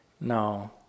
No